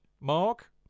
Mark